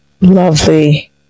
Lovely